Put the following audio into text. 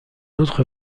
autre